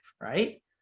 right